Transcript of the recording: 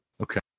Okay